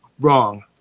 wrong